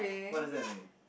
what does that mean